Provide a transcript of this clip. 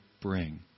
bring